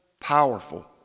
Powerful